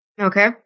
Okay